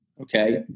okay